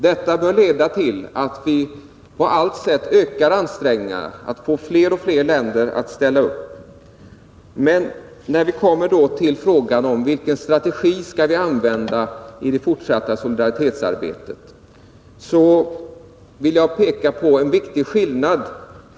Detta bör leda till att vi på allt sätt ökar ansträngningarna att få fler och fler länder att ställa upp bakom sådana aktioner. Men när det gäller frågan om vilken strategi vi skall använda i det fortsatta solidaritetsarbetet vill jag peka på en viktig skillnad.